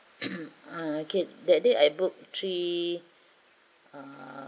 ah okay that day I book three uh